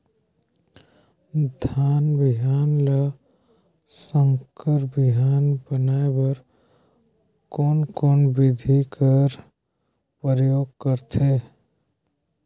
धान बिहान ल संकर बिहान बनाय बर कोन कोन बिधी कर प्रयोग करथे?